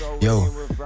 yo